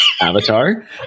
Avatar